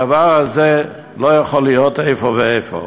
הדבר הזה לא יכול להיות באיפה ואיפה,